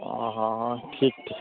ଅ ହଁ ଠିକ ଠିକ